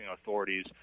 authorities